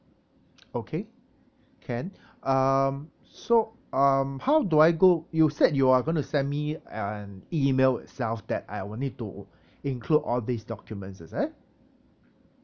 okay can um so um how do I go you said you are gonna send me an email itself that I will need to include all these documents is it